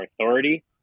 authority